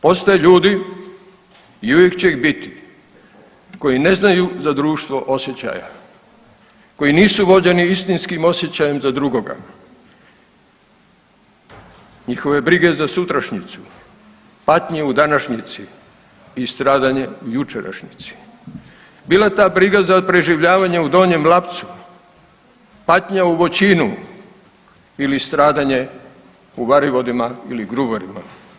Postoje ljudi i uvijek će ih biti koji ne znaju za društvo osjećaja, koji nisu vođeni istinskim osjećajem za drugoga, njihove brige za sutrašnjicu, patnje u današnjici i stradanje u jučerašnjici, bila ta briga za preživljavanjem u Donjem Lapcu, patnja u Voćinu ili stradanje u Varivodima ili Gruborima.